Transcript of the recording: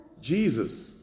Jesus